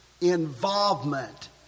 involvement